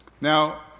Now